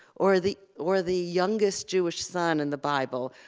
or the or the youngest jewish son in the bible,